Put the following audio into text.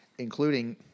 Including